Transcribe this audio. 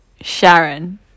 Sharon